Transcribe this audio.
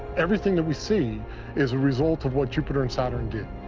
everything that we see is a result of what jupiter and saturn did.